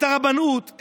את הרבנות,